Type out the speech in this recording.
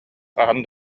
хаһан